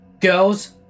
girls